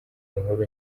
inkuru